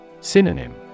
Synonym